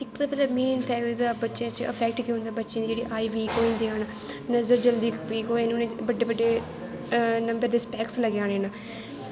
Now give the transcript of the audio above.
main बच्चैं च effect केह् होंदा बच्चें दी जेह्ड़ा ऑई वीक होई जंदियां न नज़र जल्दी बीक होई जंदी उनें बड्डे बड्डे नंबर दे स्पैक्स लग्गी जाने न